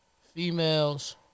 Females